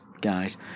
guys